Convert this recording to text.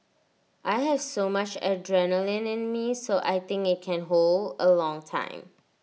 I have so much adrenaline in me so I think IT can hold A long time